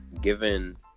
given